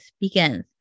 begins